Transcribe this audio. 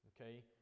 Okay